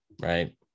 right